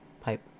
pipe